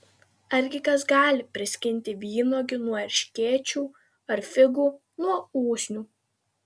argi kas gali priskinti vynuogių nuo erškėčių ar figų nuo usnių